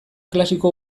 klasiko